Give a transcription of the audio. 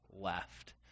left